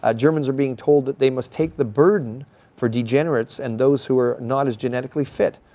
ah germans are being told that they must take the burden for degenerates and those who were not as genetically fit.